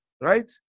Right